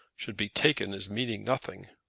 should be taken as meaning nothing.